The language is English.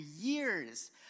years